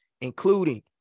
including